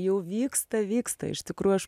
jau vyksta vyksta iš tikrųjų aš